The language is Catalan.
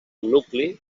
nucli